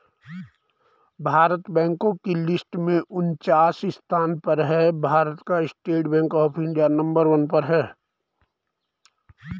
भारत बैंको की लिस्ट में उनन्चास स्थान पर है भारत का state bank of India number one पर है